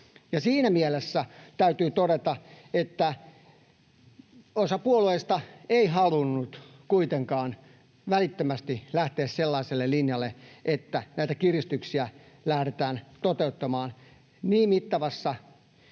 Siinä mielessä täytyy todeta, että osa puolueista ei halunnut kuitenkaan välittömästi lähteä sellaiselle linjalle, että näitä kiristyksiä lähdetään toteuttamaan niin mittavassa